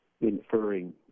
inferring